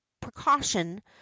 precaution